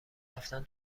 رفتن